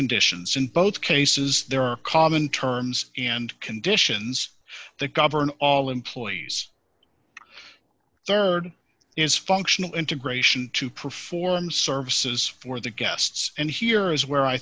conditions in both cases there are common terms and conditions that govern all employees rd is functional integration to perform services for the guests and here is where i